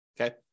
okay